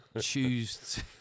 choose